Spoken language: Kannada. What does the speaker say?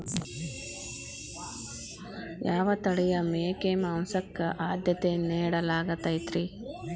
ಯಾವ ತಳಿಯ ಮೇಕೆ ಮಾಂಸಕ್ಕ, ಆದ್ಯತೆ ನೇಡಲಾಗತೈತ್ರಿ?